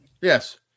Yes